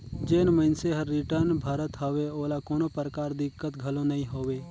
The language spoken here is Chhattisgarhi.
जेन मइनसे हर रिटर्न भरत हवे ओला कोनो परकार दिक्कत घलो नइ होवे